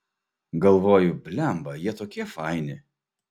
galvoju blemba jie tokie faini